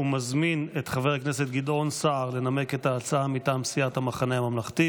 ומזמין את חבר הכנסת גדעון סער לנמק את ההצעה מטעם סיעת המחנה הממלכתי.